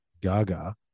Gaga